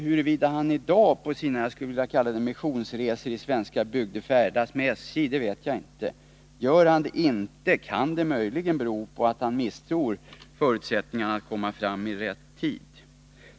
Huruvida han i dag på sina ”missionsresor” i svenska bygder färdas med SJ vet jag inte. Gör han det inte, kan det möjligen bero på att han misstror förutsättningarna att komma fram i rätt tid.